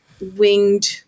winged